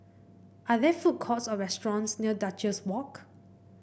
are there food courts or restaurants near Duchess Walk